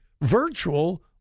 virtual